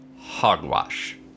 hogwash